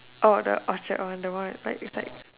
the Orchard one that one is is like